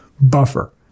buffer